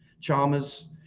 Chalmers